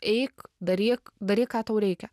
eik daryk daryk ką tau reikia